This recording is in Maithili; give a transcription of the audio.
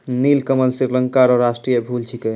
नीलकमल श्रीलंका रो राष्ट्रीय फूल छिकै